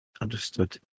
Understood